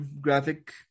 graphic